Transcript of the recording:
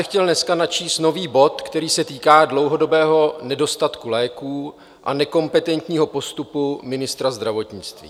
Chtěl bych zde dneska načíst nový bod, který se týká dlouhodobého nedostatku léků a nekompetentního postupu ministra zdravotnictví.